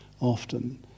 often